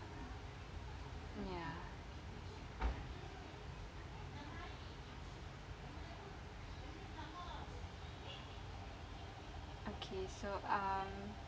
ya okay so um